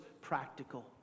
practical